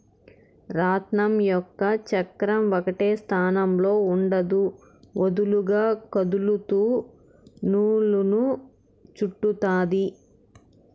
రాట్నం యొక్క చక్రం ఒకటే స్థానంలో ఉండదు, వదులుగా కదులుతూ నూలును చుట్టుతాది